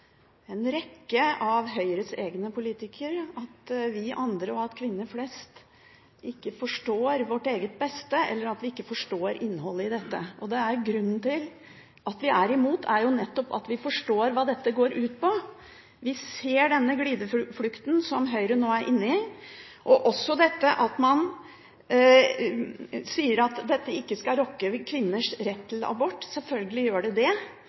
en rekke av Høyres egne politikere, vi andre og kvinner flest ikke forstår vårt eget beste eller ikke forstår innholdet i dette. Grunnen til at vi er imot, er jo nettopp at vi forstår hva dette går ut på. Vi ser den glideflukten som Høyre nå er inne i, og også dette at man sier at dette ikke skal rokke ved kvinners rett til abort. Selvfølgelig gjør det det,